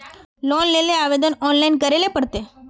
Loan लेले आवेदन online करे ले पड़ते?